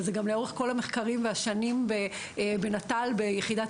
וזה גם לאורך כל המחקרים והשנים בנט"ל ביחידת